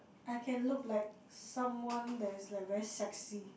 I can look like someone that is like very sexy